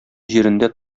җирендә